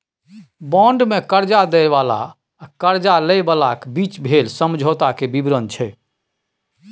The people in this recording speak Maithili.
बांड मे करजा दय बला आ करजा लय बलाक बीचक भेल समझौता केर बिबरण छै